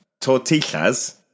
Tortillas